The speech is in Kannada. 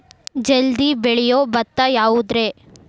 ಜಲ್ದಿ ಬೆಳಿಯೊ ಭತ್ತ ಯಾವುದ್ರೇ?